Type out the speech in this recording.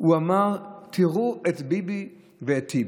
הוא אמר: תראו את ביבי וטיבי,